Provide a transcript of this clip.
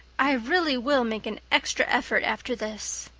i really will make an extra effort after this.